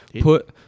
Put